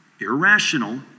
irrational